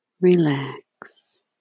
relax